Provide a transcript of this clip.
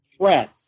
threat